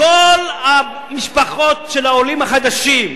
כל המשפחות של העולים החדשים,